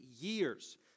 years